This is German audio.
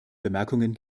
bemerkungen